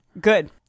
Good